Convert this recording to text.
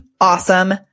awesome